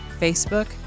Facebook